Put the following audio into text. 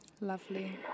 Lovely